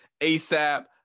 ASAP